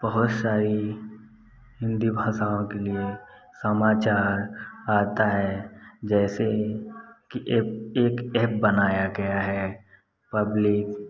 बहोत सारी हिन्दी भाषाओं के लिए समाचार आता है जैसे कि एक एक ऐप बनाया गया है पबली